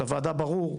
לוועדה ברור,